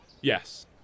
Yes